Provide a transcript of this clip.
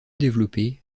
développées